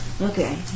Okay